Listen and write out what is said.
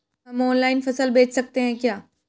हम ऑनलाइन फसल बेच सकते हैं क्या?